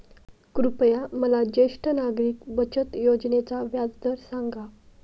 कृपया मला ज्येष्ठ नागरिक बचत योजनेचा व्याजदर सांगा